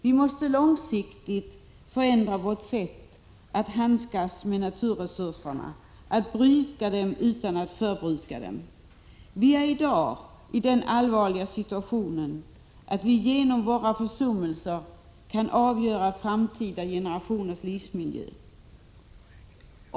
Vi måste långsiktigt förändra vårt sätt att handskas med naturresurserna, att bruka dem utan att förbruka dem. Vi är i dag i den allvarliga situationen att vi genom våra försummelser kan avgöra framtida generationers livsmiljö.